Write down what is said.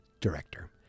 director